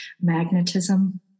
magnetism